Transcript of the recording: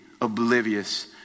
oblivious